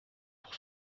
pour